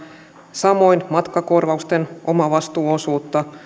samoin matkakorvausten omavastuuosuutta